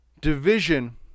division